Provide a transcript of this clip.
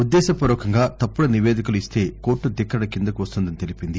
ఉద్దేశపూర్వకంగా తప్పుడు నివేదికలు ఇస్తే కోర్లు ధిక్కరణ కిందకు వస్తుందని తెలిపింది